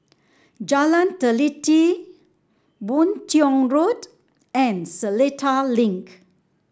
Jalan Teliti Boon Tiong Road and Seletar Link